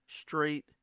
straight